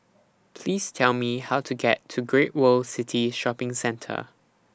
Please Tell Me How to get to Great World City Shopping Centre